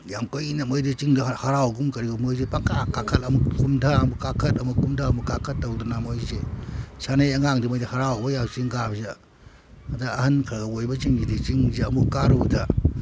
ꯌꯥꯝ ꯀꯨꯏꯅ ꯃꯣꯏꯗꯤ ꯆꯤꯡꯗꯨ ꯍꯔꯥꯎꯒꯨꯝ ꯀꯔꯤꯒꯨꯝ ꯃꯣꯏꯗꯤ ꯄꯪꯀꯥ ꯀꯥꯈꯠ ꯑꯃꯨꯛ ꯀꯨꯝꯗ ꯑꯃꯨꯛ ꯀꯥꯈꯠ ꯑꯃꯨꯛ ꯀꯨꯝꯗ ꯑꯃꯨꯛ ꯀꯥꯈꯠ ꯇꯧꯗꯅ ꯃꯣꯏꯁꯤ ꯁꯥꯟꯅꯩ ꯑꯉꯥꯡꯗꯤ ꯃꯣꯏꯗꯤ ꯍꯔꯥꯎꯕꯣꯏ ꯆꯤꯡ ꯀꯥꯕꯁꯤꯗ ꯑꯗ ꯑꯍꯟ ꯈꯔ ꯈꯔ ꯑꯣꯏꯕꯁꯤꯡꯁꯤꯗꯤ ꯆꯤꯡꯁꯤ ꯑꯃꯨꯛ ꯀꯥꯔꯨꯕꯗ